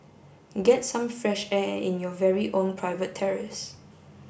get some fresh air in your very own private terrace